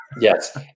Yes